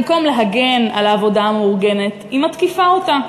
במקום להגן על העבודה המאורגנת היא מתקיפה אותה,